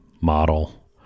model